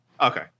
okay